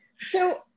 So-